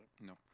no